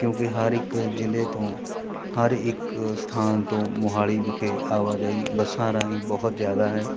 ਕਿਉਂਕਿ ਹਰ ਇੱਕ ਜ਼ਿਲ੍ਹੇ ਤੋਂ ਹਰ ਇੱਕ ਸਥਾਨ ਤੋਂ ਮੋਹਾਲੀ ਵਿਖੇ ਆਵਾਜਾਈ ਬੱਸਾਂ ਰਾਹੀਂ ਬਹੁਤ ਜ਼ਿਆਦਾ ਹੈ